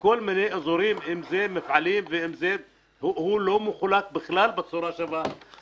אם אלה מפעלים, הארנונה לא מחולקת בצורה שווה.